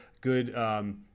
good